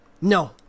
No